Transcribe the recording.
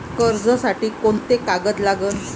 कर्जसाठी कोंते कागद लागन?